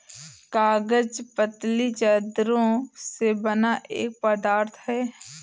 कागज पतली चद्दरों से बना एक पदार्थ है